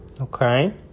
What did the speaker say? Okay